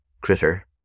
critter